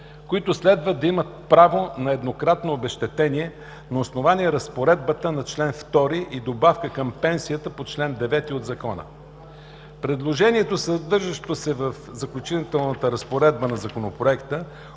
които следва да имат право на еднократно обезщетение на основание разпоредбата на чл. 2 и на добавка към пенсията по чл. 9 от Закона. Предложението, съдържащо се в Заключителната разпоредба на законопроекта